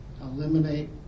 eliminate